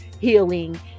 healing